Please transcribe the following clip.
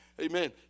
Amen